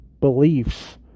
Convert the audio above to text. beliefs